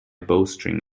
bowstring